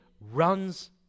runs